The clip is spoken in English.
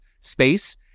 space